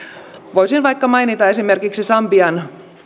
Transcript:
voisin vaikka mainita esimerkiksi sambian